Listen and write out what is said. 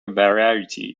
variety